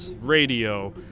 radio